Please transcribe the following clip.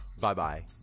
Bye-bye